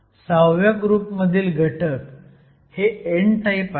सहाव्या ग्रुप मधील घटक हे n टाईप आहेत